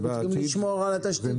אנחנו צריכים לשמור על התשתית הזאת.